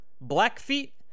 Blackfeet